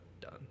done